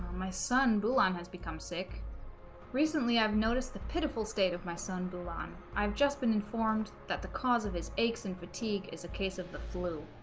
my son bulan has become sick recently i've noticed the pitiful state of my son bulan i've just been informed that the cause of his aches and fatigue is a case of the flu